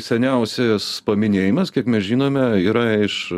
seniausias paminėjimas kaip mes žinome yra iš